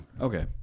Okay